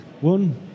One